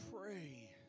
pray